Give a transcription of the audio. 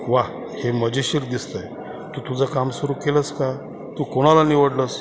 वा हे मजेशीर दिसतं आहे तू तुझं काम सुरू केलंस का तू कोणाला निवडलंस